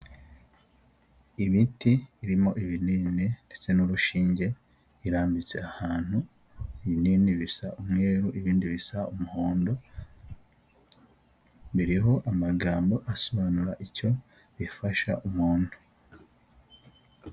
Ibiti birimo ibinini ndetse n'urushinge irambitse ahantu ibinini bisa umweru ibindi bisa umuhondo, biriho amagambo asobanura icyo bifasha umuntu.